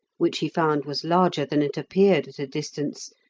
which he found was larger than it appeared at a distance,